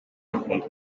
bakunda